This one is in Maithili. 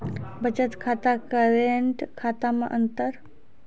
बचत खाता करेंट खाता मे अंतर?